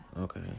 Okay